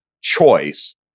choice